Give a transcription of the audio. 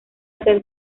hacer